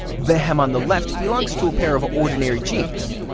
the hem on the left belongs to a pair of ordinary jeans.